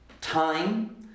time